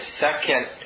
second